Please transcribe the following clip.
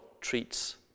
treats